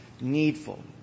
needful